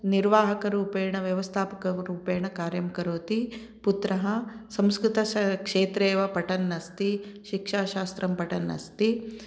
निर्वाहकरूपेण व्यवस्थापकरूपेण कार्यं करोति पुत्रः संस्कृतक्षेत्रे एव पठन्नस्ति शिक्षाशास्त्रं पठन्नस्ति